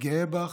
גאה בך,